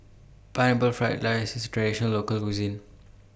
Pineapple Fried Rice IS A Traditional Local Cuisine